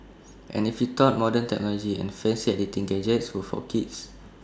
and if you thought modern technology and fancy editing gadgets were for kids